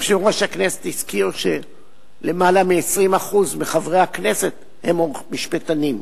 יושב-ראש הכנסת הזכיר שלמעלה מ-20% מחברי הכנסת הם משפטנים.